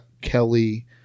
Kelly